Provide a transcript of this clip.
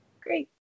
Great